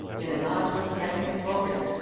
in a nod to his campaign slogan,